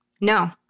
No